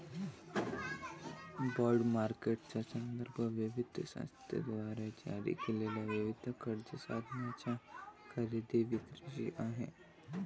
bond मार्केटचा संदर्भ विविध संस्थांद्वारे जारी केलेल्या विविध कर्ज साधनांच्या खरेदी विक्रीशी आहे